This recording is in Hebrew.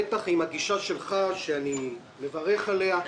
בטח עם הגישה שלך שאני מברך עליך,